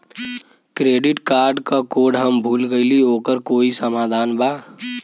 Credit card क code हम भूल गइली ओकर कोई समाधान बा?